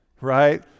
Right